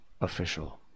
official